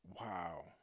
Wow